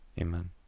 Amen